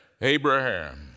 Abraham